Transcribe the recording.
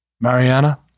Mariana